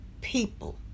people